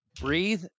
Breathe